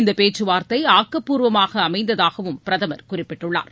இந்தபேச்சுவார்த்தைஆக்கப்பூர்வமாகஅமைந்ததாகவும் பிரதமர் குறிப்பிட்டுள்ளார்